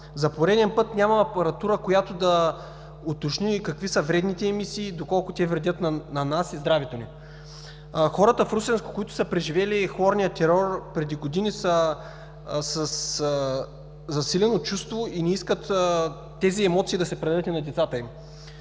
За пореден път няма апаратура, която да уточни какви са вредните емисии и доколко те вредят на нас и здравето ни. Хората в Русенско, които са преживели хлорния терор преди години, са със засилено чувство и не искат тези емоции да се предадат и на децата им.